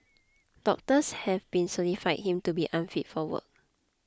doctors have been certified him to be unfit for work